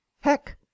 heck